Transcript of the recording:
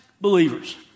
believers